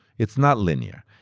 it's not linear.